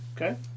Okay